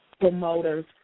promoters